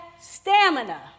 stamina